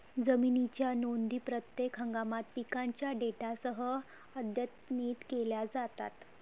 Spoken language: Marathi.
जमिनीच्या नोंदी प्रत्येक हंगामात पिकांच्या डेटासह अद्यतनित केल्या जातात